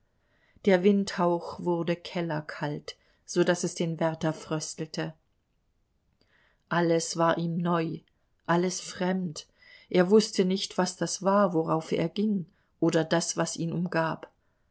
der windhauch wurde kellerkalt so daß es den wärter fröstelte alles war ihm neu alles fremd er wußte nicht was das war worauf er ging oder das was ihn umgab